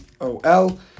OL